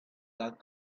that